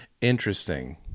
Interesting